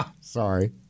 Sorry